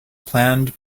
planned